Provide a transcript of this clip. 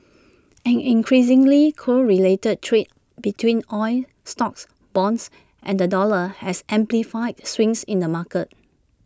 an increasingly correlated trade between oil stocks bonds and the dollar has amplified swings in the markets